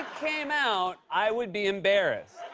came out, i would be embarrassed.